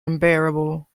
unbearable